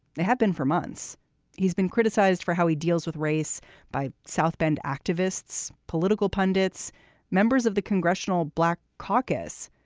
they have been for months he's been criticized for how he deals with race by south bend activists political pundits members of the congressional black caucus.